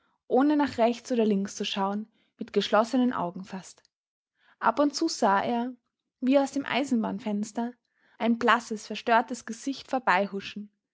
ohne nach rechts oder links zu schauen mit geschlossenen augen fast ab und zu sah er wie aus dem eisenbahnfenster ein blasses verstörtes gesicht